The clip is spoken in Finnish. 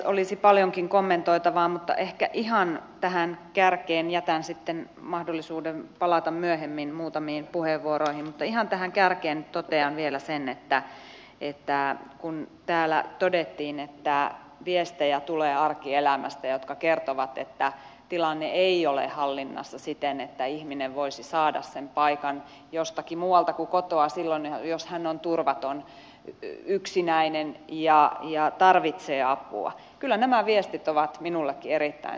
olisi paljonkin kommentoitavaa mutta ehkä ihan tähän kärkeen jätän sitten mahdollisuuden palata myöhemmin muutamiin puheenvuoroihin totean vielä sen että kun täällä todettiin että arkielämästä tulee viestejä jotka kertovat että tilanne ei ole hallinnassa siten että ihminen voisi saada sen paikan jostakin muualta kuin kotoa silloin jos hän on turvaton yksinäinen ja tarvitsee apua niin kyllä nämä viestit ovat minullekin erittäin tuttuja